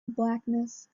blackness